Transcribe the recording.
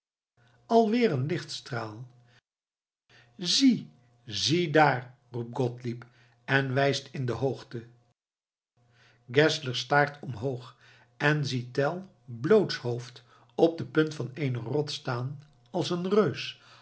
alweer een lichtstraal zie zie daar roept gottlieb en wijst in de hoogte geszler staart omhoog en ziet tell blootshoofds op de punt van eene rots staan als een reus